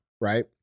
Right